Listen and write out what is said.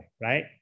right